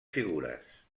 figures